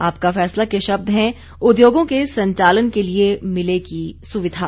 आपका फैसला के शब्द हैं उद्योगों के संचालन के लिए मिलेगी सुविधा